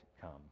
come